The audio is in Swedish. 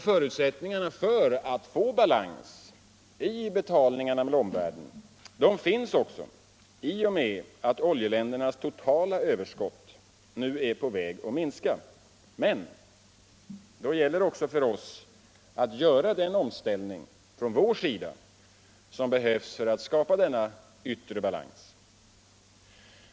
Förutsättningarna för att få balans i de yttre betalningarna finns också i och med att oljeländernas totala överskott nu är på väg att minska. Men då gäller det också för oss att göra den omställning som från vår sida behövs för att skapa denna yttre balans.